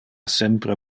sempre